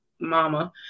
mama